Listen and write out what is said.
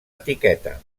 etiqueta